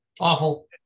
awful